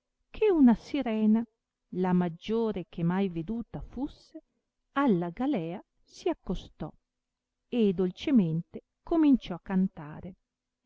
che una sirena la maggiore che mai veduta fusse alla galea si accostò e dolcemente cominciò a cantare